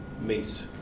meet